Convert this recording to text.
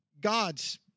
God's